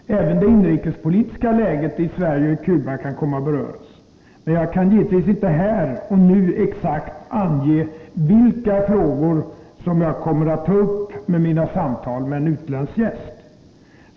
Även det inrikespolitiska läget i Sverige och Cuba kan komma att beröras. Men jag kan givetvis inte här och nu exakt ange vilka frågor som jag kommer att ta upp vid mina samtal med en utländsk gäst.